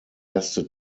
erste